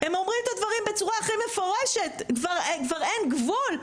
הם אומרים את הדברים בצורה הכי מפורשת כבר אין גבול,